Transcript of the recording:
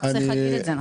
רק צריך להגיד את זה,